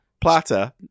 Platter